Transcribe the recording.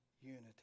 unity